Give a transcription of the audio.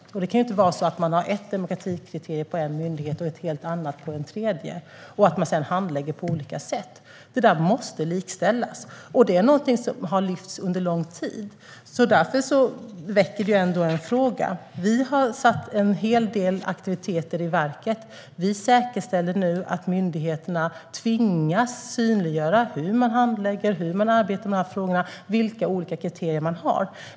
Det kan inte vara på det sättet att en myndighet har ett demokratikriterium och att en annan myndighet har ett helt annat kriterium, att man handlägger på olika sätt. Det måste likställas. Det är någonting som har lyfts fram under lång tid. Det väcker därför en fråga. Vi har satt en hel del aktiviteter i verket. Vi säkerställer nu att myndigheterna tvingas synliggöra hur man handlägger och arbetar med de här frågorna och vilka olika kriterier man har.